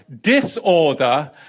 disorder